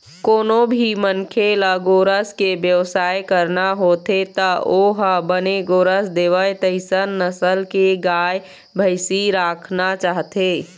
कोनो भी मनखे ल गोरस के बेवसाय करना होथे त ओ ह बने गोरस देवय तइसन नसल के गाय, भइसी राखना चाहथे